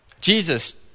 Jesus